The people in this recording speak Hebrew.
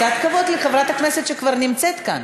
קצת כבוד לחברת הכנסת שכבר נמצאת כאן.